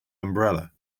umbrella